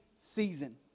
season